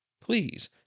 Please